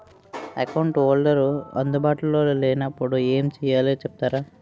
Account holder అందు బాటులో లే నప్పుడు ఎం చేయాలి చెప్తారా?